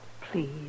Please